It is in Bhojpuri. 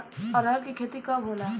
अरहर के खेती कब होला?